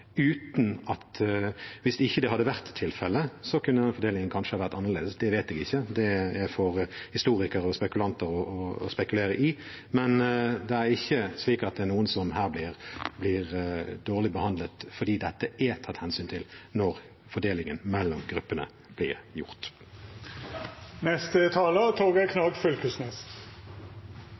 det ikke hadde vært tilfellet, kunne fordelingen kanskje vært annerledes, det vet jeg ikke, det får historikere og spekulanter spekulere i, men det er ikke slik at det er noen som her blir dårlig behandlet. Dette ble tatt hensyn til da fordelingen mellom gruppene